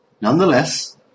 nonetheless